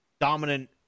dominant